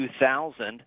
2000